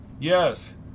Yes